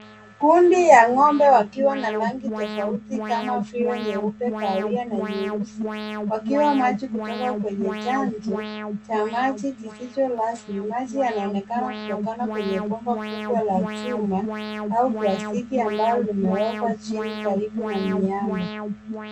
Kundi ya ngombe wakiwa na rangi tofauti kama vile nyeupe, kahawia na nyeusi wakaiwa maji kutoka kwenye chanjo cha maji kilicho wazi. Maji yanaonekana kutikana kwenye bomba kubwa la chuma au plastiki amablo limwekwa chini karibu na miale.